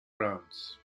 rounds